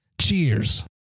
Cheers